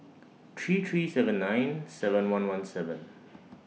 three three seven nine seven one one seven